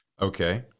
Okay